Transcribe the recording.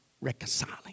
reconciling